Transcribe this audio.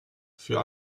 für